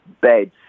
beds